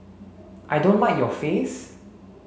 I don't mind your face